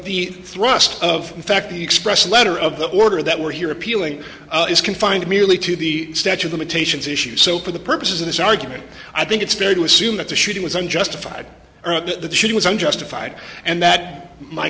the thrust of fact the express letter of the order that we're here appealing is confined merely to the statue of limitations issue so for the purposes of this argument i think it's fair to assume that the shooting was unjustified that she was unjustified and that my